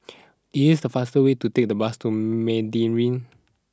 is it the faster way to take the bus to Meridian